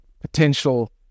potential